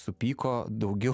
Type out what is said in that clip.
supyko daugiau